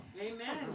Amen